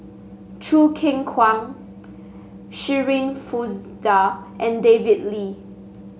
Choo Keng Kwang Shirin Fozdar and David Lee